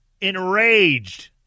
enraged